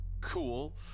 Cool